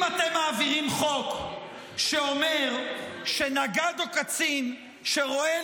אם אתם מעבירים חוק שאומר שנגד או קצין שרואה